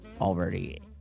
already